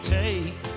take